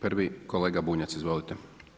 Prvi, kolega Bunjac, izvolite.